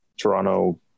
Toronto